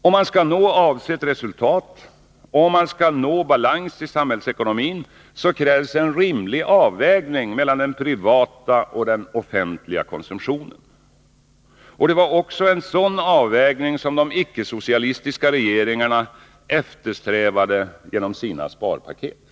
Om man skall nå avsett resultat och balans i samhällsekonomin krävs en rimlig avvägning mellan den privata och den offentliga konsumtionen. Det var också en sådan avvägning som de icke-socialistiska regeringarna eftersträvade genom sina sparpaket.